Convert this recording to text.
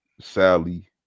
Sally